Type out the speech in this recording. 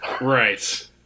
Right